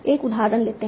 एक उदाहरण लेते हैं